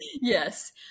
Yes